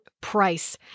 price